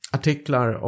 Artiklar